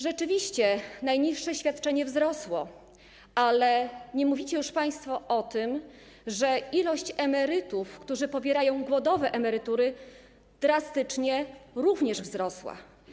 Rzeczywiście najniższe świadczenie wzrosło, ale nie mówicie już państwo o tym, że liczba emerytów, którzy pobierają głodowe emerytury, również drastycznie wzrosła.